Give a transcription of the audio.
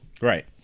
Right